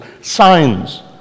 signs